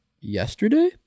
yesterday